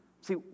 See